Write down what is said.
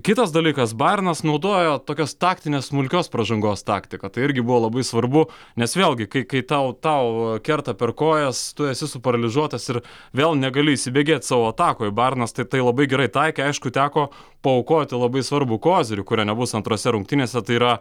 kitas dalykas bajernas naudojo tokios taktinės smulkios pražangos taktiką tai irgi buvo labai svarbu nes vėlgi kai kai tau tau kerta per kojas tu esi suparalyžiuotas ir vėl negali įsibėgėt savo atakoje bajernas tai tai labai gerai taikė aišku teko paaukoti labai svarbų kozirį kurio nebus antrose rungtynėse tai yra